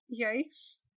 Yikes